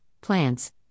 plants